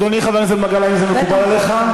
אדוני חבר הכנסת מגל, האם זה מקובל עליך?